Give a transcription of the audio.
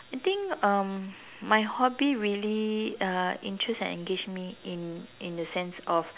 I think um my hobby really uh interest and engage me in in a sense of